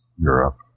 Europe